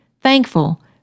thankful